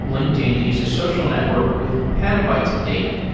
linkedin is a social network with petabytes of data.